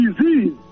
disease